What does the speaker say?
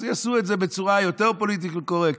אז יעשו את זה בצורה יותר פוליטיקלי קורקט,